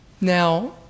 Now